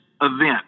event